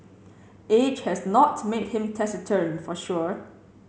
age has not made him taciturn for sure